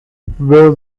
will